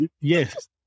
Yes